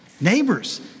neighbors